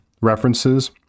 references